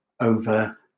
over